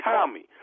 Tommy